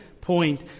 point